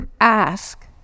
ask